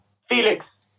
Felix